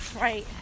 Right